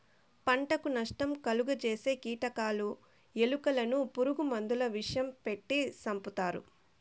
పంటకు నష్టం కలుగ జేసే కీటకాలు, ఎలుకలను పురుగు మందుల విషం పెట్టి సంపుతారు